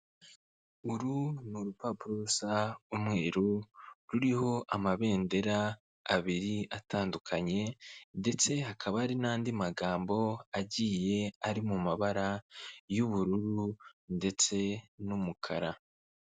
Uru ni urupapuro rusa umweru ruriho amabendera abiri atandukanye ndetse hakaba hari n'andi magambo agiye ari mu mabara y'ubururu ndetse n'umukara.